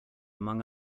among